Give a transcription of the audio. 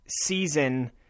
season